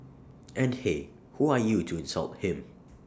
and hey who are you to insult him